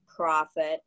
profit